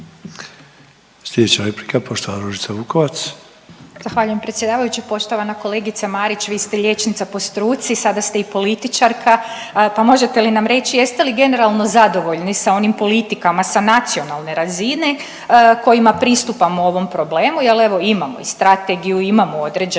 Ružica Vukovac. **Vukovac, Ružica (Nezavisni)** Zahvaljujem predsjedavajući. Poštovana kolegice Marić, vi ste liječnica po struci sada ste i političarka, pa možete li nam reći jeste li generalno zadovoljni sa onim politikama sa nacionalne razine kojima pristupamo ovom problemu jel evo imamo i strategiju, imamo određene